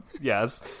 Yes